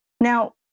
Now